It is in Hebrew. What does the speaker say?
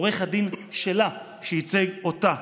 העורך דין שלה, שייצג אותה,